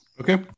Okay